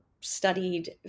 studied